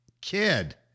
kid